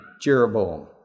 Jeroboam